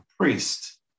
priest